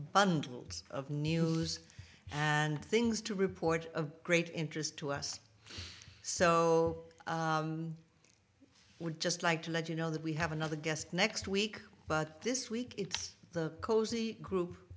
bundles of news and things to report a great interest to us so i would just like to let you know that we have another guest next week but this week it's the group